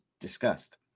discussed